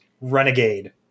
Renegade